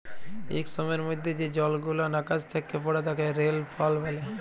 ইক সময়ের মধ্যে যে জলগুলান আকাশ থ্যাকে পড়ে তাকে রেলফল ব্যলে